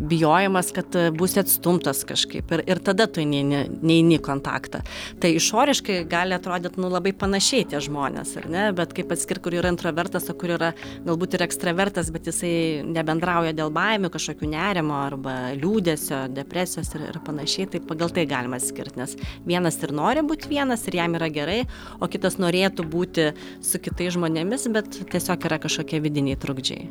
bijojimas kad būsi atstumtas kažkaip ir ir tada tu eini ne neini į kontaktą tai išoriškai gali atrodyt nu labai panašiai tie žmonės ar ne bet kaip atskirt kur yra intravertas o kur yra galbūt ir ekstravertas bet jisai nebendrauja dėl baimių kažkokių nerimo arba liūdesio depresijos ir panašiai tai pagal tai galima atskirt nes vienas ir nori būt vienas ir jam yra gerai o kitas norėtų būti su kitais žmonėmis bet tiesiog yra kažkokie vidiniai trukdžiai